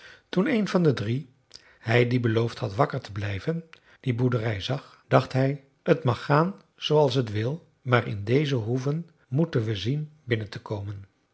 toen een van de drie hij die beloofd had wakker te blijven die boerderij zag dacht hij t mag gaan zooals het wil maar in deze hoeve moeten we zien binnen te komen